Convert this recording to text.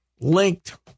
linked